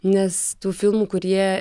nes tų filmų kurie